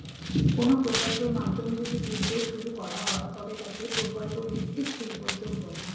কোনো প্রকল্পের মাধ্যমে যদি উদ্যোগ শুরু করা হয় তবে তাকে প্রকল্প ভিত্তিক শিল্পোদ্যোগ বলে